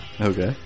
Okay